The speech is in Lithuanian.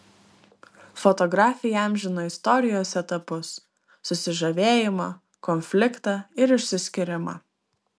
fotografė įamžino istorijos etapus susižavėjimą konfliktą ir išsiskyrimą